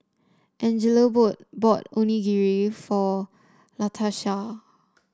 Angelo boot bought Onigiri for Latarsha